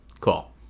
Cool